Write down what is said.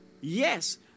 Yes